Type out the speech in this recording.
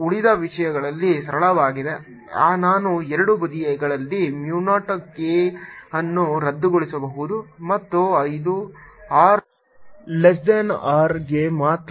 ಉಳಿದ ವಿಷಯಗಳು ಸರಳವಾಗಿದೆ ನಾನು ಎರಡು ಬದಿಗಳಲ್ಲಿ mu ನಾಟ್ k ಅನ್ನು ರದ್ದುಗೊಳಿಸಬಹುದು ಮತ್ತು ಇದು r ಲೆಸ್ ಥಾನ್ R ಗೆ ಮಾತ್ರ